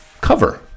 cover